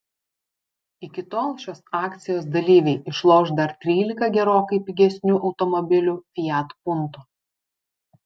iki tol šios akcijos dalyviai išloš dar trylika gerokai pigesnių automobilių fiat punto